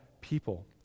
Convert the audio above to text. people